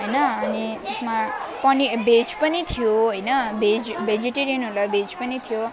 हैन अनि त्यसमा पनि भेज पनि थियो हैन भेज भेजिटेरियनहरूलाई भेज पनि थियो